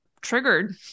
triggered